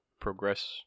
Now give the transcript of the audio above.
Progress